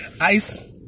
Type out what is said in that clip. ICE